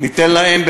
ניתן להם,